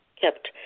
kept